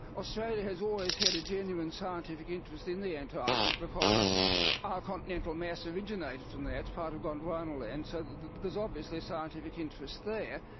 australia has always had a genuine scientific interest in the antarctic because our continental mass originated from there, it's part of gondwanaland. so there's obviously scientific interest there.